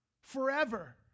forever